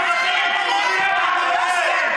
העם הפלסטיני,